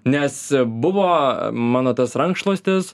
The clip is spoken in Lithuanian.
nes buvo mano tas rankšluostis